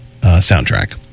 soundtrack